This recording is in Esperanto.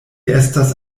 estas